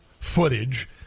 footage